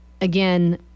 again